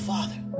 Father